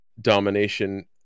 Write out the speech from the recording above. Domination